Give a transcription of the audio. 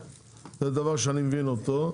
זה דבר שאני מבין אותו.